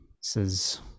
says